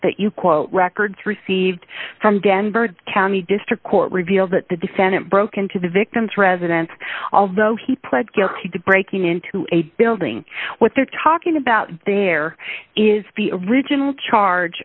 that you quote records received from denver county district court reveals that the defendant broke into the victim's residence although he pled guilty to breaking into a building what they're talking about there is the original charge